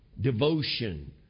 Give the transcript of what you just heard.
devotion